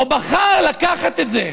או בחר לקחת את זה,